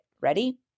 Ready